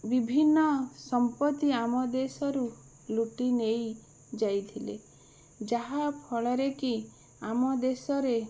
ବିଭିନ୍ନ ସମ୍ପତି ଆମ ଦେଶରୁ ଲୁଟି ନେଇଯାଇଥିଲେ ଯାହାଫଳରେକି ଆମ ଦେଶରେ